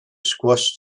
squashed